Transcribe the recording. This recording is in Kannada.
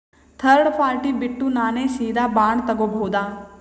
ಥರ್ಡ್ ಪಾರ್ಟಿ ಬಿಟ್ಟು ನಾನೇ ಸೀದಾ ಬಾಂಡ್ ತೋಗೊಭೌದಾ?